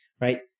right